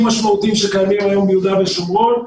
משמעותיים שקיימים היום ביהודה ושומרון.